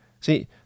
See